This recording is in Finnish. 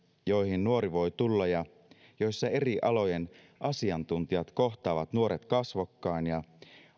joihin nuori voi tulla ja joissa eri alojen asiantuntijat kohtaavat nuoret kasvokkain ja